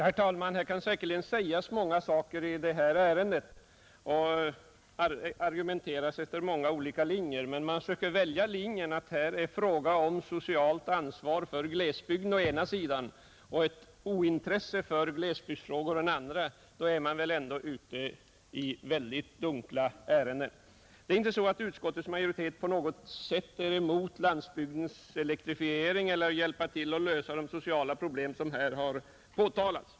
Herr talman! I detta ärende kan många saker sägas, och säkerligen kan det argumenteras efter många olika linjer. Men när man å ena sidan försöker välja linjen att det här är fråga om socialt ansvar för glesbygden och å den andra ett ointresse för glesbygdsfrågor, är man väl ändå ute i dunkla ärenden. Utskottets majoritet är inte på något sätt emot landsbygdens elektrifiering eller har bristande vilja att hjälpa till att lösa de sociala problem, som här har påtalats.